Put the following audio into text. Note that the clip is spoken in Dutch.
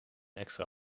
extra